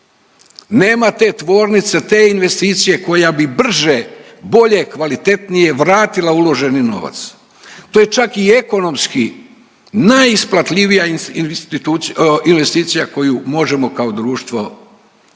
nema tvornice, te investicije koja bi brže, bolje, kvalitetnije vratila uloženi novac. To je čak i ekonomski najisplativija investicija koju možemo kao društvo zamisliti.